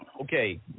Okay